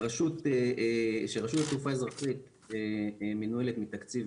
שרשות התעופה האזרחית מנוהלת מתקציב